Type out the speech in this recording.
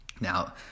Now